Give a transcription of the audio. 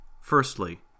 Firstly